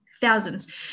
thousands